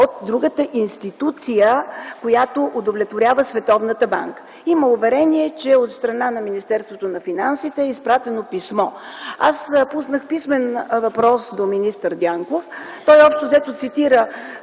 от другата институция, която удовлетворява Световната банка. Има уверение, че от страна на Министерство на финансите е изпратено писмо. Аз пуснах писмен въпрос до министър Дянков. Той общо взето цитира